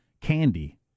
candy